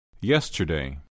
Yesterday